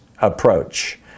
approach